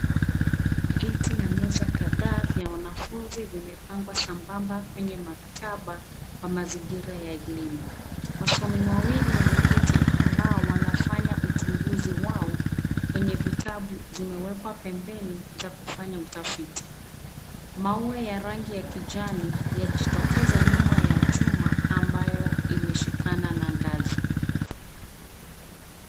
Viti na meza kadhaa vya wanafunzi vimepangwa sambamba kwenye maktaba kwa mazingira ya elimu wasomi wawili wameketi ambao wanafanya uchunguzi wao kwenye vitabu zimewekwa pembeni za kufanya utafiti. Maua ya rangi ya kijani yajitokeza nyuma ya chuma ambayo imeshikana na ngazi.